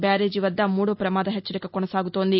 బ్యారేజీ వద్ద మూడో ప్రమాద హెచ్చరిక కొనసాగుతోంది